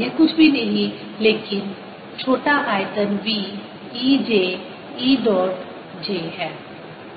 यह कुछ भी नहीं है लेकिन छोटा आयतन v E j E dot j है